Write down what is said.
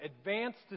advanced